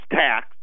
tax